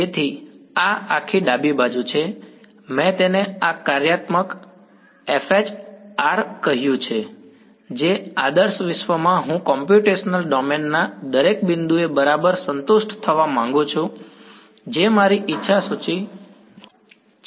તેથી આ આખી ડાબી બાજુ મેં તેને આ કાર્યાત્મક કહયું છે જે આદર્શ વિશ્વમાં હું કોમ્પ્યુટેશનલ ડોમેન ના દરેક બિંદુએ બરાબર સંતુષ્ટ થવા માંગુ છું જે મારી ઇચ્છા સૂચિ છે